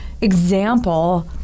example